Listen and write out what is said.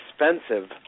expensive